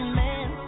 man